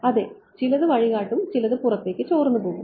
അതെ ചിലത് വഴികാട്ടും ചിലത് പുറത്തേക്ക് ചോർന്നുപോകും